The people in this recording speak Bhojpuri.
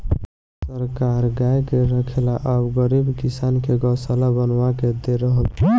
सरकार गाय के रखे ला अब गरीब किसान के गोशाला बनवा के दे रहल